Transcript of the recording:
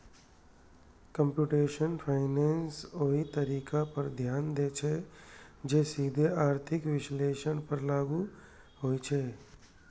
computational finance ओइ तरीका पर ध्यान दै छै, जे सीधे आर्थिक विश्लेषण पर लागू होइ छै